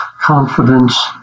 confidence